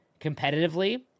competitively